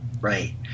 Right